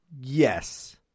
Yes